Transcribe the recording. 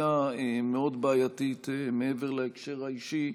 קונוטציה מאוד בעייתית מעבר להקשר האישי.